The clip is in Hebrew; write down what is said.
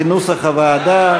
כנוסח הוועדה.